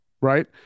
right